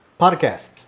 podcasts